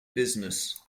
business